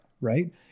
right